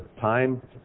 time